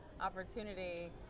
opportunity